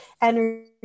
energy